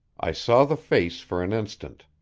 i saw the face for an instant.